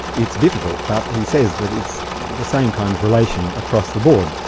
it's difficult, but he says that it's the same kind of relation across the board.